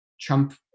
trump